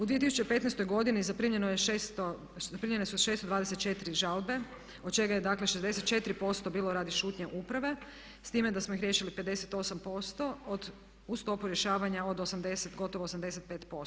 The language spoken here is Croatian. U 2015. godini zaprimljene su 624 žalbe od čega je, dakle 64% bilo radi šutnje uprave, s time da smo ih riješili 58% uz stopu rješavanja od 80, gotovo 85%